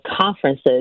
conferences